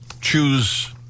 choose